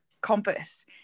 compass